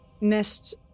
missed